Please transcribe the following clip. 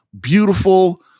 beautiful